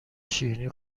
شیرینی